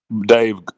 Dave